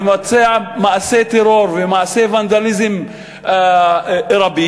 ומבצע מעשי טרור ומעשי ונדליזם רבים,